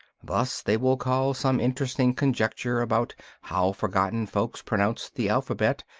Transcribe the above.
thus they will call some interesting conjecture about how forgotten folks pronounced the alphabet,